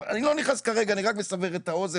אני לא נכנס כרגע אלא רק מסבר את האוזן